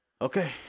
okay